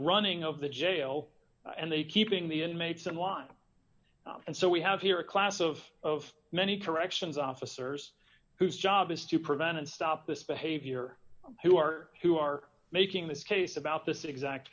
running of the jail and they keeping the inmates in line and so we have here a class of of many corrections officers whose job is to prevent and stop this behavior who are who are making this case about this exact